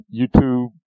YouTube